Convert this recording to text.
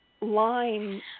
line